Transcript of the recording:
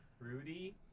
fruity